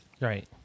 Right